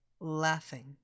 laughing